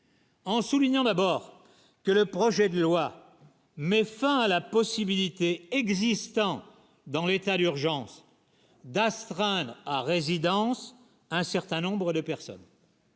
en soulignant d'abord que le projet de loi met fin à la possibilité existant dans l'état d'urgence d'astreinte à résidence, un certain nombre de personnes.